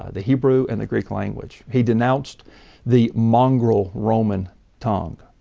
ah the hebrew and the greek language. he denounced the mongrel roman tongue.